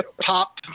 pop